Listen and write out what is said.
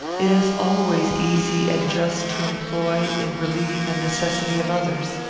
it is always easy and just to employ in relieving the necessities of others.